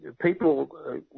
People